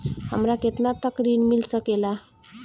हमरा केतना तक ऋण मिल सके ला?